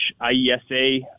IESA